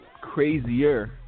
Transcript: crazier